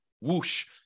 Whoosh